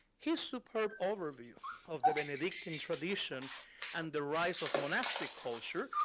his superb overview of the benedictine tradition and the rise of monastic culture,